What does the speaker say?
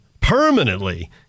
permanently